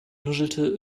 nuschelte